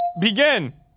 Begin